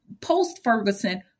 post-Ferguson